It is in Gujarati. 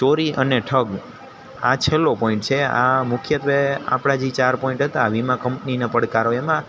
ચોરી અને ઠગ આ છેલ્લો પોઈન્ટ છે આ મુખ્યત્વે આપણા જી ચાર પોઈન્ટ હતા વીમા કંપનીના પડકારો એમાં